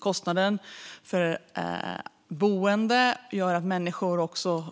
Kostnaden för boende gör att människor